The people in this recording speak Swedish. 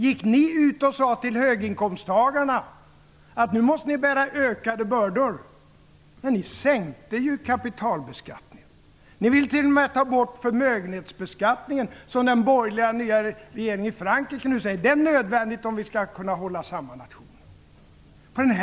Gick ni ut och sade till höginkomsttagarna att de nu måste bära ökade bördor? Nej, ni sänkte ju kapitalbeskattningen. Ni ville ju t.o.m. ta bort förmögenhetsbeskattningen som den nya borgerliga regeringen i Frankrike nu säger är nödvändig för att man skall kunna hålla samman nationen.